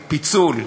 פיצול.